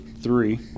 three